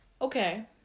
okay